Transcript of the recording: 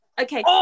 Okay